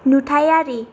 नुथायारि